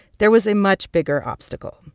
there was a much bigger obstacle.